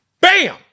Bam